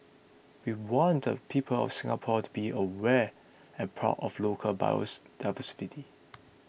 we want the people of Singapore to be aware and proud of local bios diversity